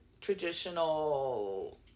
traditional